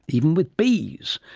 even with bees.